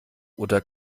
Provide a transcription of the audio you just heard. oder